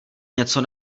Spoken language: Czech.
něco